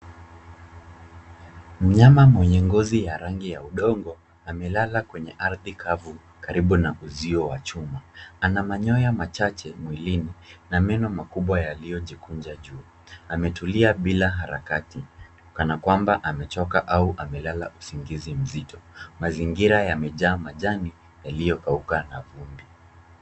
Mnyama mwenye ngozi ya rangi ya udongo amelala kwenye ardhi kavu karibu na uzio wa chuma. Ana manyoya machache mwilini na meno makubwa yaliyojikunja juu. Ametulia bila harakati kana kwamba amechoka au amelala usingizi mzito. Mazingira yamejaa majani yaliyokauka na vumbi.